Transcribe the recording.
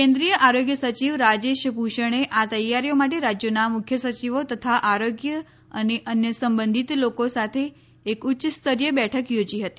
કેન્દ્રિય આરોગ્ય સચિવ રાજેશ ભૂષણે આ તૈયારીઓ માટે રાજ્યોના મુખ્ય સયિવો તથા આરોગ્ય અને અન્ય સંબંધિત લોકો સાથે એક ઉચ્ય સ્તરીય બેઠક યોજી હતી